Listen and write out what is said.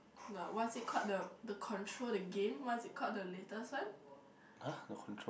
the what is it called the the control the game what is it called the latest one